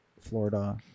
Florida